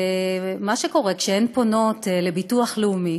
כשהן פונות לביטוח לאומי,